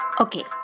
Okay